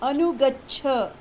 अनुगच्छ